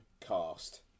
cast